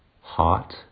Hot